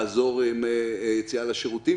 לעזור פיזית עם יציאה לשירותים,